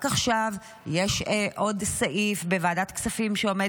רק עכשיו יש עוד סעיף בוועדת כספים שעומד